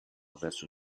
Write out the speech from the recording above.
verso